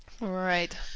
Right